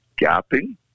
gapping